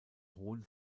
hohen